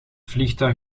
vliegtuig